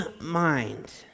mind